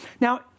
Now